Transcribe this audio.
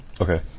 Okay